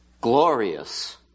Glorious